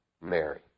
Mary